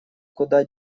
куда